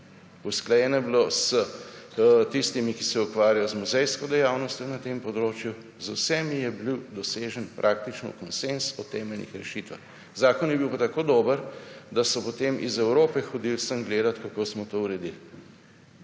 Usklajeno je bilo s tistimi, ki se ukvarjajo z muzejsko dejavnostjo na tem področju. Z vsemi je bil dosežen praktično konsenz o temeljnih rešitvah. Zakon je bil pa tako dober, da so potem iz Evrope hodili sem gledati, kako smo to uredili.